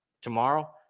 tomorrow